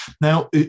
now